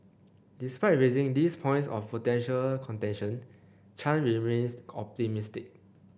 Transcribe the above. despite raising these points of potential contention Chan remains optimistic